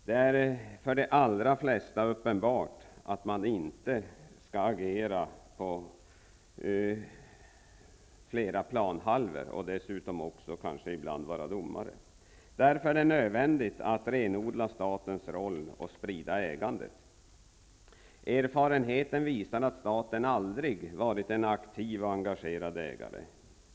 Det är för de allra flesta uppenbart att man inte skall agera på flera planhalvor, och ibland dessutom vara domare. Därför är det nödvändigt att renodla statens roll och sprida ägandet. Erfarenheten visar att staten aldrig har varit en aktiv och engagerad ägare.